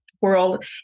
world